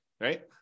right